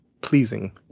pleasing